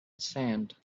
sand